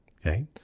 Okay